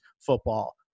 football